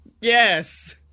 Yes